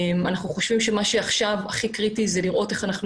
אנחנו חושבים שמה שעכשיו הכי קריטי זה לראות איך אנחנו